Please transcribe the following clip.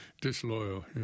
Disloyal